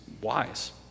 wise